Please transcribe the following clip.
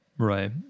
Right